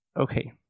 Okay